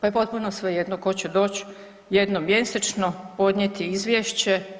pa je potpuno svejedno tko će doći jednom mjesečno, podnijeti izvješće.